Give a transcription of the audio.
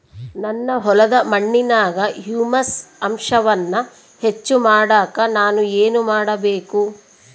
ನನ್ನ ಹೊಲದ ಮಣ್ಣಿನಾಗ ಹ್ಯೂಮಸ್ ಅಂಶವನ್ನ ಹೆಚ್ಚು ಮಾಡಾಕ ನಾನು ಏನು ಮಾಡಬೇಕು?